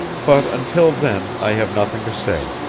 but until then, i have nothing to say.